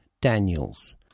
Daniels